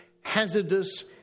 hazardous